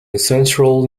central